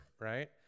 right